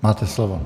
Máte slovo.